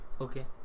Okay